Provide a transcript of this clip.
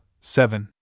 seven